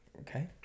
Okay